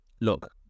look